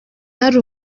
hari